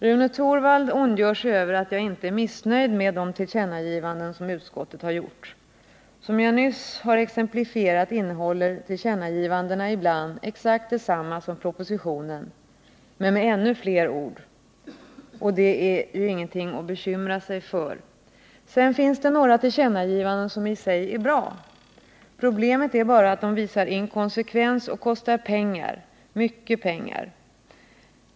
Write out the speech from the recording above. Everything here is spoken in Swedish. Rune Torwald ondgör sig över att jag inte är missnöjd med de tillkänna givanden som utskottet har gjort. Som jag nyss har exemplifierat innehåller tillkännagivandena ibland exakt detsamma som propositionen, men med ännu fer ord, och det är ju ingenting att bekymra sig för. Sedan finns det några tillkännagivanden som i sig är bra. Problemet är bara att de visar inkonsekvens och kostar pengar — mycket pengar.